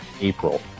april